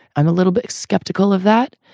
i'm a little bit skeptical of that.